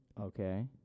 Okay